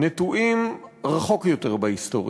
נטועים רחוק יותר בהיסטוריה,